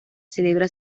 celebra